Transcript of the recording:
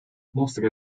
mostra